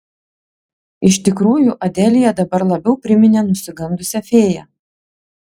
iš tikrųjų adelija dabar labiau priminė nusigandusią fėją